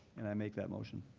and i make that motion.